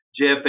Jeff